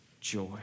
joy